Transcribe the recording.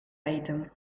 item